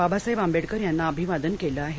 बाबासाहेब आंबेडकर यांना अभिवादन केलं आहे